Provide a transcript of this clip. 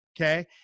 Okay